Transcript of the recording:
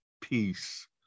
peace